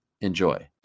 Enjoy